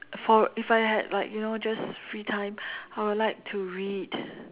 for if I had like you know just free time I would like to read